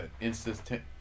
instant